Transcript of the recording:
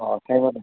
অঁ